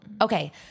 Okay